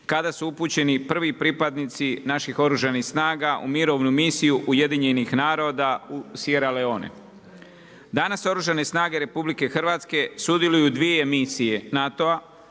kada su upućeni prvi pripadnici naših Oružanih snaga u mirovnu misiju Ujedinjenih naroda u Sierra Leone. Danas Oružane snage RH sudjeluju u dvije misije NATO-a